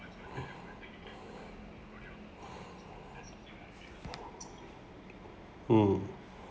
mm